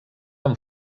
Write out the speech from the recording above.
amb